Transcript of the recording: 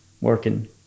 working